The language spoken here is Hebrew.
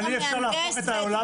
אבל אי אפשר להפוך את העולם